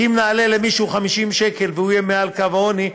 כי אם נעלה למישהו 50 שקל והוא יהיה מעל קו העוני,